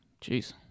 Jeez